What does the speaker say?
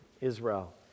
Israel